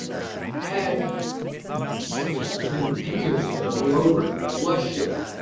it had six or maybe ten years ago, a little over, it was shipping.